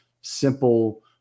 simple